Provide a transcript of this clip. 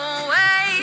away